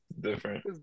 Different